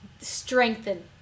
strengthen